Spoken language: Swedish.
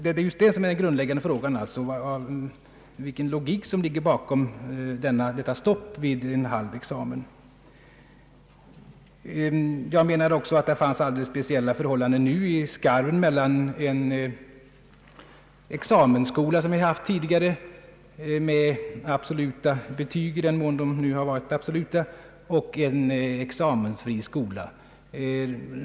Den grundläggande frågan är just, vilken logik som ligger bakom detta stopp vid en halv examen. Jag menade också att det fanns alldeles speciella förhållanden nu i skarven mellan en examensskola som vi haft tidigare med absoluta betyg — i den mån de nu har varit absoluta — och en examensfri skola.